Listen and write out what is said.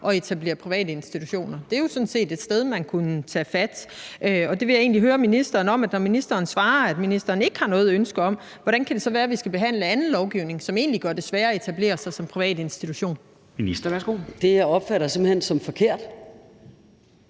at etablere en privat institution. Det er sådan set et sted, man kunne tage fat. Jeg vil egentlig høre ministeren, når ministeren svarer, at ministeren ikke har noget ønske om det, hvordan det kan være, at vi skal behandle en anden lovgivning, som egentlig gør det sværere at etablere sig som en privat institution. Kl. 10:43 Formanden (Henrik